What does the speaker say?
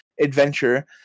adventure